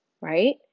right